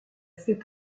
fait